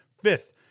fifth